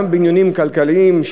גם בעניינים כלכליים,